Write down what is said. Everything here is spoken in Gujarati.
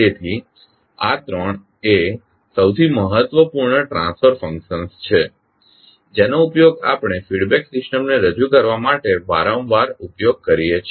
તેથી આ ત્રણ એ સૌથી મહત્વપૂર્ણ ટ્રાન્સફર ફંક્શન્સ છે જેનો આપણે ફીડબેક સિસ્ટમને રજૂ કરવા માટે વારંવાર ઉપયોગ કરીએ છીએ